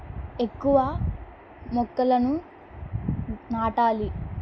ఎక్కువ మొక్కలను నాటాలి